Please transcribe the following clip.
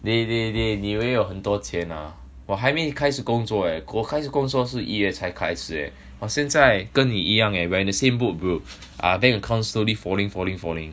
dey dey dey 你以为我很多钱 ah 我还没开始工作 eh 我开始工作是一月才开始 eh 我现在跟你一样 eh bro we're in the same boat bro my bank account slowly falling falling falling